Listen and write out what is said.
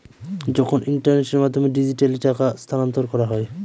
যখন ইন্টারনেটের মাধ্যমে ডিজিট্যালি টাকা স্থানান্তর করা হয়